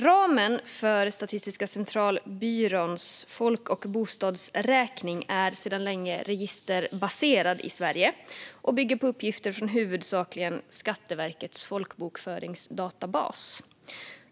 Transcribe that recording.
Ramen för Statistiska centralbyråns folk och bostadsräkning är sedan länge registerbaserad i Sverige och bygger på uppgifter från huvudsakligen Skatteverkets folkbokföringsdatabas.